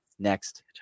next